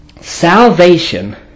Salvation